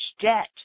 debt